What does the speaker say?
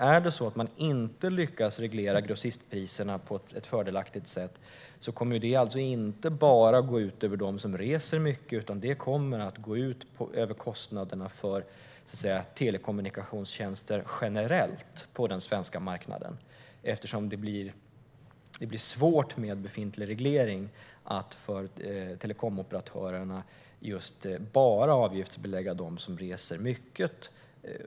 Är det så att man inte lyckas reglera grossistpriserna på ett fördelaktigt sätt kommer det alltså inte bara att gå ut över dem som reser mycket, utan det kommer även att gå ut över kostnaderna för telekommunikationstjänster generellt på den svenska marknaden, eftersom det med befintlig reglering blir svårt för telekomoperatörerna att bara avgiftsbelägga dem som reser mycket.